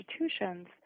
institutions